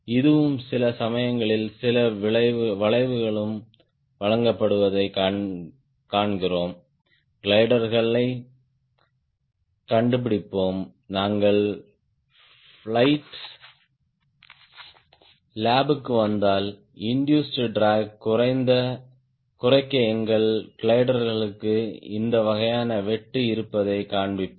இதுவும் சில சமயங்களில் சில வளைவுகளும் வழங்கப்படுவதைக் காண்கிறோம் கிளைடர்களைக் கண்டுபிடிப்போம் நாங்கள் பிளையிட் லேப் க்கு வந்தால் இண்டூஸ்ட் ட்ராக் குறைக்க எங்கள் கிளைடர்களுக்கு இந்த வகையான வெட்டு இருப்பதைக் காண்பிப்பேன்